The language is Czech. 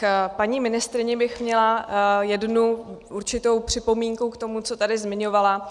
K paní ministryni bych měla jednu určitou připomínku k tomu, co tady zmiňovala.